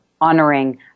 honoring